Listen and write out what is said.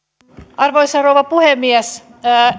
arvoisa rouva puhemies